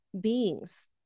beings